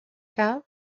cave